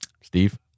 Steve